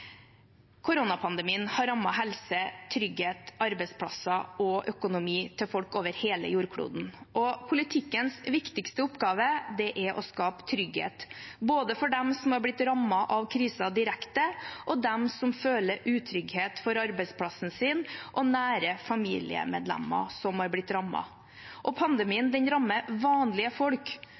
Koronapandemien har rammet helsen, tryggheten, arbeidsplassene og økonomien til folk over hele jordkloden, og politikkens viktigste oppgave er å skape trygghet – både for dem som har blitt rammet av krisen direkte, og for dem som føler utrygghet for arbeidsplassen sin og nære familiemedlemmer som har blitt rammet. Og pandemien rammer vanlige folk.